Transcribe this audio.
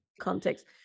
context